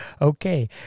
Okay